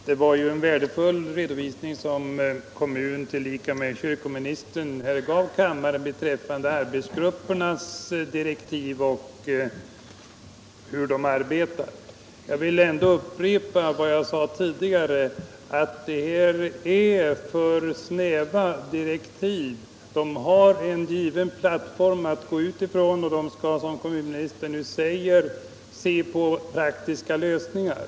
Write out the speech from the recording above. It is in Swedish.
Herr talman! Det var en värdefull redovisning som kommunoch kyrkoministern gav kammaren av arbetsgruppernas direktiv och hur de arbetar. Jag vill ändå upprepa vad jag sade tidigare, att direktiven är för snäva. Arbetsgrupperna har en given plattform och de skall, som kommunministern säger, se på praktiska lösningar.